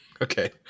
Okay